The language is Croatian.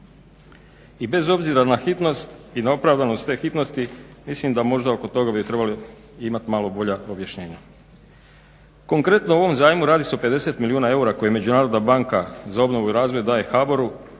I bez obzira na hitnost i na opravdanost te hitnosti mislim da možda oko toga bi trebali imati malo bolja objašnjenja. Konkretno u ovom zajmu radi se o 50 milijuna eura koja Međunarodna banka za obnovu i razvoj daje HBOR-u